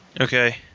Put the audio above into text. Okay